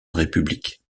république